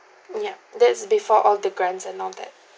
yup that's before all the grants and all that